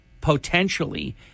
potentially